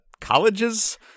colleges